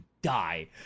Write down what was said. Die